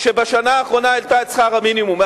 שבשנה האחרונה העלתה את שכר המינימום.